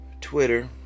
Twitter